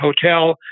hotel